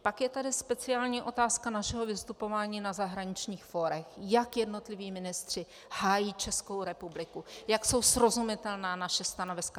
Pak je tady speciální otázka našeho vystupování na zahraničních fórech, jak jednotliví ministři hájí Českou republiku, jak jsou srozumitelná naše stanoviska.